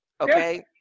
Okay